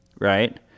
right